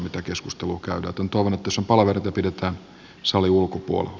toivon että jos on palavereita ne pidetään salin ulkopuolella